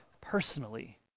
personally